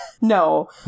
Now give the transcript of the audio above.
no